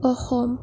Assam